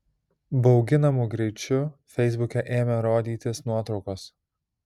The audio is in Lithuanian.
bauginamu greičiu feisbuke ėmė rodytis nuotraukos